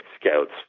Scouts